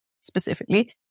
specifically